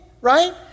right